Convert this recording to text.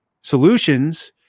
solutions